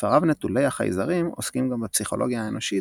ספריו נטולי החייזרים עוסקים גם בפסיכולוגיה האנושית,